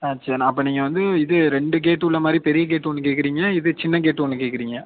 ஆ சரிண்ணா அப்போ நீங்கள் வந்து இது ரெண்டு கேட்டு உள்ள மாதிரி பெரிய கேட்டு ஒன்று கேக்கிறீங்க இது சின்ன கேட்டு ஒன்று கேக்கிறீங்க